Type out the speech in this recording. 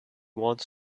wants